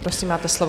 Prosím, máte slovo.